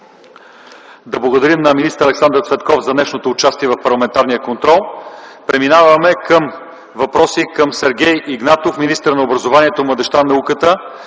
Да благодарим на министър Александър Цветков за днешното участие в парламентарния контрол. Преминаваме към въпроси към Сергей Игнатов – министър на образованието, младежта и науката.